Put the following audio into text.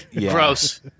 Gross